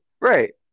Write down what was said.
right